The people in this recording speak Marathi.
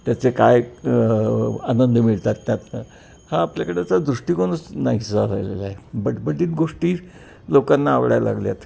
त्याचे काय आनंद मिळतात त्यात हा आपल्याकडचा दृष्टिकोनच नाहीसा झालेला आहे बटबटीत गोष्टी लोकांना आवडायला लागल्या आहेत